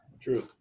True